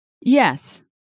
Yes